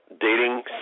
dating